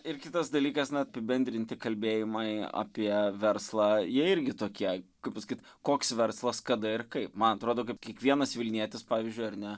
ir kitas dalykas na apibendrinti kalbėjimai apie verslą jie irgi tokie kaip pasakyt koks verslas kada ir kaip man atrodo kaip kiekvienas vilnietis pavyzdžiui ar ne